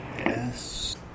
Yes